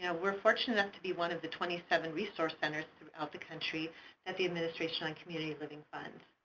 yeah we're fortunate enough to be one of the twenty seven resource centers throughout the country that the administration on community living funds.